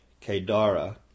Kedara